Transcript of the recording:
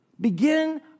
Begin